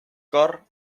cor